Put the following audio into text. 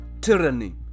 tyranny